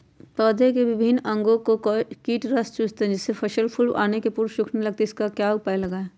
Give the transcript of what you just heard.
पौधे के विभिन्न अंगों से कीट रस चूसते हैं जिससे फसल फूल आने के पूर्व सूखने लगती है इसका क्या उपाय लगाएं?